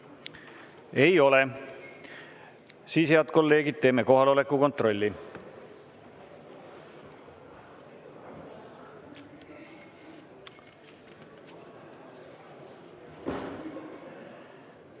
Ei ole. Siis, head kolleegid, teeme kohaloleku kontrolli.